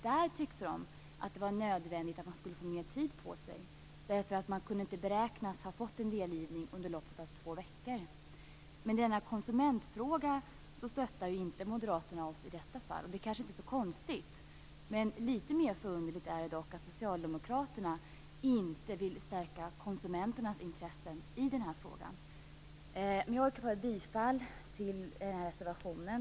Där tyckte de att det var nödvändigt att man skulle få mer tid på sig, eftersom man inte kunde beräknas ha fått en delgivning under loppet av två veckor. Men i denna konsumentfråga stöttar inte Moderaternas oss. Det är kanske inte så konstigt. Men litet mer förunderligt är det dock att Socialdemokraterna inte vill stärka konsumenternas intressen i den här frågan. Jag yrkar bifall till reservationen.